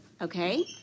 Okay